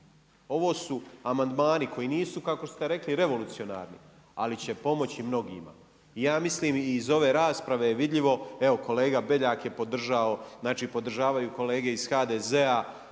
Ovo su amandmani koji nisu, kako ste rekli revolucionarni, ali će pomoći mnogima. Ja mislim i iz ove rasprave je vidljivo, evo kolega Beljak je podržao, znači podržavaju kolege iz HDZ-a,